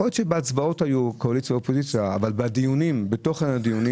יכול להיות שבהצבעות היו קואליציה ואופוזיציה אבל בתוכן הדיונים